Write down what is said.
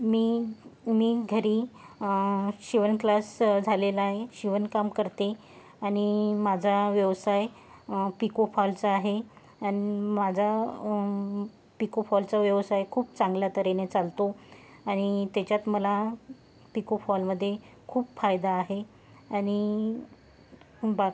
मी मी घरी शिवणक्लास झालेला आहे शिवणकाम करते आणि माझा व्यवसाय पिको फॉलचा आहे आणि माझा पिको फॉलचा व्यवसाय खूप चांगल्या तऱ्हेने चालतो आणि त्याच्यात मला पिको फॉलमध्ये खूप फायदा आहे आणि बाक